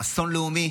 אסון לאומי.